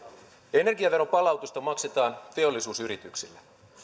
energiaveron palautusta maksetaan teollisuusyrityksille